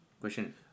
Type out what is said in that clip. Question